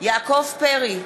יעקב פרי,